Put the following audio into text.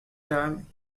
time